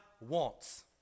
wants